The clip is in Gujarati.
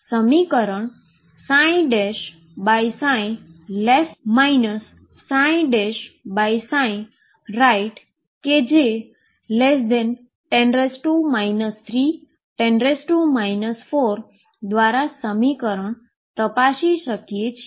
સમીકરણ 10 310 4દ્વારા સમીકરણ તપાસી શકીએ છીએ